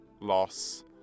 loss